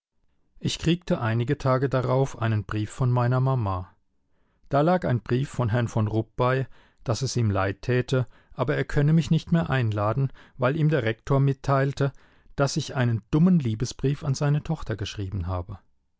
ich kriegte einige tage darauf einen brief von meiner mama da lag ein brief von herrn von rupp bei daß es ihm leid täte aber er könne mich nicht mehr einladen weil ihm der rektor mitteilte daß ich einen dummen liebesbrief an seine tochter geschrieben habe